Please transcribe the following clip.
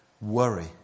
Worry